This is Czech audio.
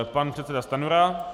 Pan předseda Stanjura.